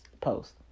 post